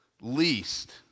least